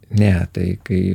ne tai kai